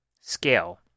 Scale